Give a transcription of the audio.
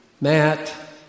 Matt